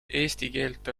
keelt